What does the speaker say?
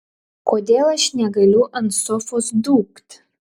kodėl aš negaliu ant sofos dūkt